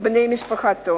בני משפחתו.